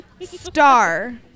Star